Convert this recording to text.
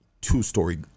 two-story